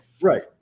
Right